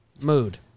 mood